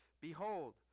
Behold